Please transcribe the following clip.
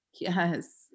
Yes